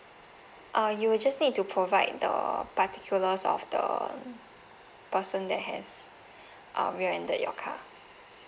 uh you will just need to provide the particulars of the person that has um your car